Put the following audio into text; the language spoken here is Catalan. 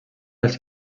les